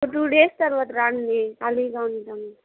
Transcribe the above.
ఒక two days తర్వాత రండి ఖాళీగా ఉంటాం